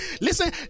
listen